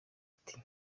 ati